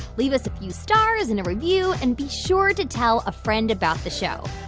leave us a few stars and a review and be sure to tell a friend about the show.